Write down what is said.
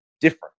different